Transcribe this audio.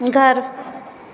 घर